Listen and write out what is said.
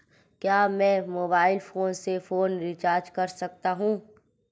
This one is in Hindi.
क्या मैं मोबाइल फोन से फोन रिचार्ज कर सकता हूं?